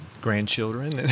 grandchildren